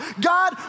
God